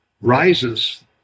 rises